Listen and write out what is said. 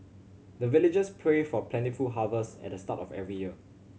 the villagers pray for plentiful harvest at the start of every year